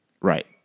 Right